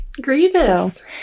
Grievous